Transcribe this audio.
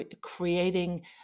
creating